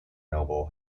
noble